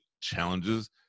challenges